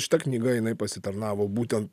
šita knyga jinai pasitarnavo būtent